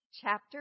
chapter